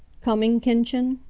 coming, kindchen?